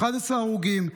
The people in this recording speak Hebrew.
11 הרוגים,